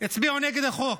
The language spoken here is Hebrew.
הצביעו נגד החוק,